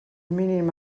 mínim